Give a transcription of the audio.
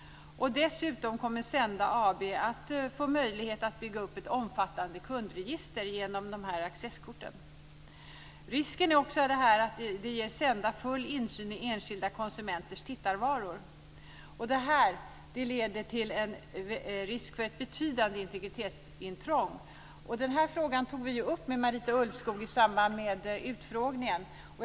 Dessutom kommer Senda AB att få möjlighet att bygga upp ett omfattande kundregister genom accesskorten. Risken är också att det ger Senda full insyn i enskilda konsumenters tittarvanor. Det leder till risk för ett betydande integritetsintrång. Den här frågan tog vi upp med Marita Ulvskog i samband med utfrågningen.